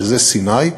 שזה סיני,